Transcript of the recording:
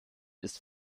ist